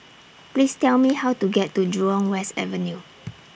Please Tell Me How to get to Jurong West Avenue